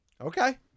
Okay